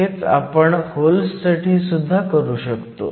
हेच आपण होल्ससाठी सुद्धा करू शकतो